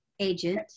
Agent